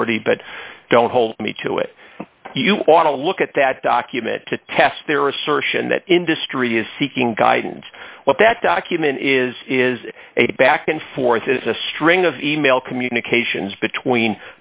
dollars but don't hold me to it you want to look at that document to test their assertion that industry is seeking guidance what that document is is a back and forth is a string of e mail communications between